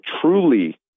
truly